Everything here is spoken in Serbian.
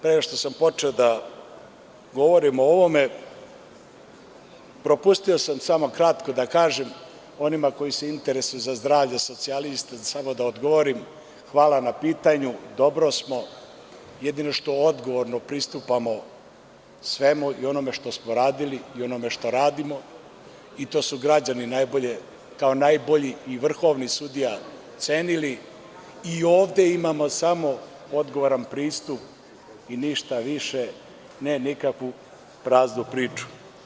Pre nego što sam počeo da govorim o ovome, propustio sam samo kratko da kažem onima koji se interesuju za zdravlja socijalista, samo da odgovorim – hvala na pitanju, dobro smo, jedino što odgovorno pristupamo svemu i onome što smo radili i onome šta radimo i to su građani najbolje, kao najbolji i vrhovni sudija cenili i ovde imamo samo odgovoran pristup i ništa više, ne nikakvu praznu priču.